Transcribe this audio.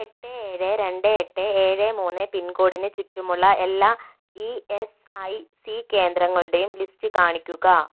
എട്ട് ഏഴ് രണ്ട് എട്ട് ഏഴ് മൂന്ന് പിൻകോഡിന് ചുറ്റുമുള്ള എല്ലാ ഇ എസ് ഐ സി കേന്ദ്രങ്ങളുടെയും ലിസ്റ്റ് കാണിക്കുക